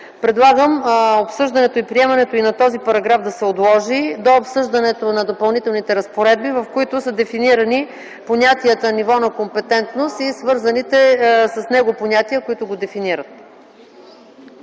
предлагам обсъждането и приемането на този параграф да се отложи до обсъждането на Допълнителните разпоредби, в които са дефинирани понятията ниво на компетентност и свързаните с него понятия, които го дифинират.